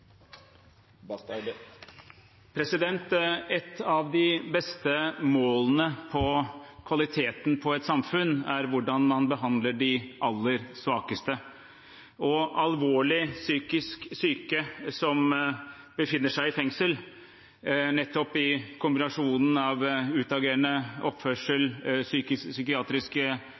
befolkningen. Et av de beste målene for kvaliteten i et samfunn er hvordan man behandler de aller svakeste. Alvorlig psykisk syke som befinner seg i fengsel og har en kombinasjon av utagerende oppførsel, psykiatriske